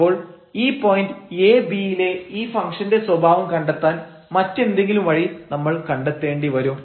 അപ്പോൾ ഈ point ab യിലെ ഈ ഫംഗ്ഷന്റെ സ്വഭാവം കണ്ടെത്താൻ മറ്റെന്തെങ്കിലും വഴി നമ്മൾ കണ്ടെത്തേണ്ടി വരും